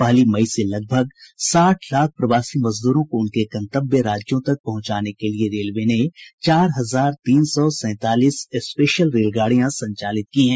पहली मई से लगभग साठ लाख प्रवासी मजदूरों को उनके गंतव्य राज्यों तक पहुंचाने के लिए रेलवे ने चार हजार तीन सौ सैंतालीस श्रमिक स्पेशल रेलगाडियां संचालित की हैं